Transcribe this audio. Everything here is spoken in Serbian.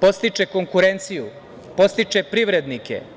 podstiče konkurenciju, podstiče privrednike.